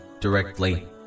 directly